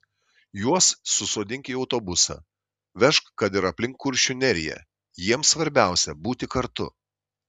juos susodink į autobusą vežk kad ir aplink kuršių neriją jiems svarbiausia būti kartu